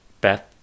Beth